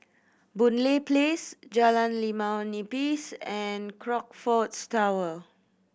Boon Lay Place Jalan Limau Nipis and Crockfords Tower